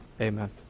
Amen